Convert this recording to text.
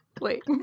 Wait